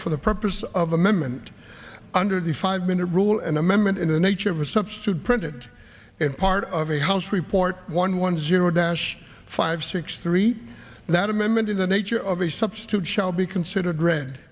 for the purpose of amendment under the five minute rule an amendment in the nature of a substitute printed in part of a house report one one zero dash five six three that amendment in the nature of a substitute shall be considered re